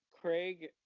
craig